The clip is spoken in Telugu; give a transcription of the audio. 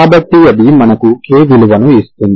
కాబట్టి అది మనకు k విలువలను ఇస్తుంది